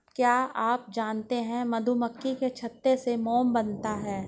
क्या आप जानते है मधुमक्खी के छत्ते से मोम बनता है